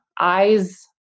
eyes